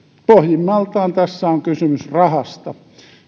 pohjimmiltaan tässä on kysymys rahasta